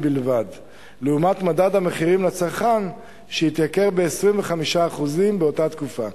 לעומת מדד המחירים לצרכן שעלה ב-25% באותה תקופה.